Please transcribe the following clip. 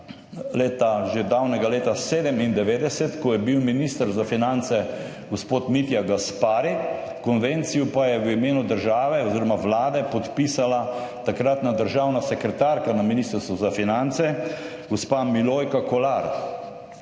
že davnega leta 1997, ko je bil minister za finance gospod Mitja Gaspari, konvencijo pa je v imenu države oziroma Vlade podpisala takratna državna sekretarka na Ministrstvu za finance, gospa Milojka Kolar